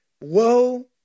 Woe